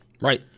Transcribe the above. Right